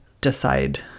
decide